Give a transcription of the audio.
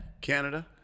Canada